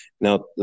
Now